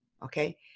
Okay